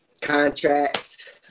contracts